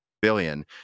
billion